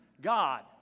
God